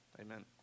Amen